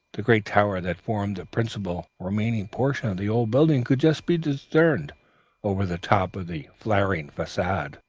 the great tower that formed the principal remaining portion of the old building could just be discerned over the top of the flaring facade,